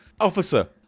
Officer